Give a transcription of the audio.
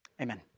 Amen